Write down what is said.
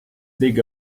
big